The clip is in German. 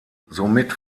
somit